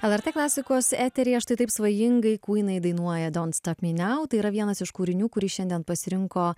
el er t klasikos eteryje štai taip svajingai kvynai dainuoja dont stap mi nau tai yra vienas iš kūrinių kurį šiandien pasirinko